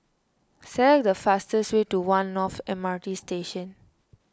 select the fastest way to one North M R T Station